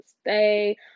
stay